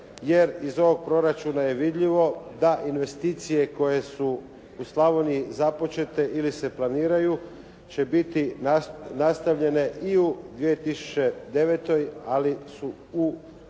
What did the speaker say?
jer iz ovog proračuna je vidljivo da investicije koje su u Slavoniji započete ili se planiraju, će biti nastavljene i u 2009. ali su u